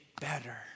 better